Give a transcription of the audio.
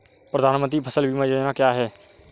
प्रधानमंत्री फसल बीमा योजना क्या है?